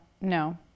no